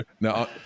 Now